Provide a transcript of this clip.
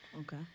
Okay